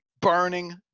burning